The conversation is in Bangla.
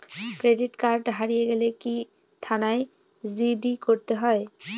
ক্রেডিট কার্ড হারিয়ে গেলে কি থানায় জি.ডি করতে হয়?